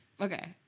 Okay